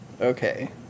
Okay